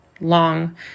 long